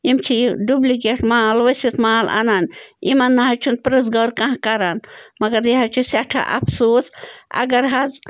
یِم چھِ یہِ ڈُبلِکیٹ مال ؤسِت مال اَنان یِمَن نَہ حظ چھُنہٕ پٕرٛژھ گٲر کانٛہہ کران مگر یہِ حظ چھِ سٮ۪ٹھاہ اَفسوٗس اگر حظ